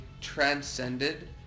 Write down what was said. transcended